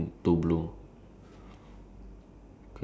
uh does yours have flag on top of it